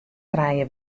krije